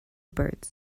birds